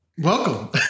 welcome